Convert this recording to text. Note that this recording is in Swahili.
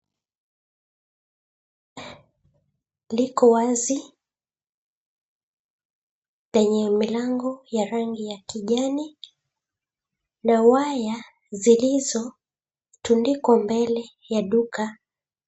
Liko wazi lenye milango ya rangi ya kijani na waya zilizo tundikwa mbele ya duka